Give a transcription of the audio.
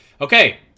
Okay